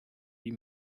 wie